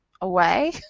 away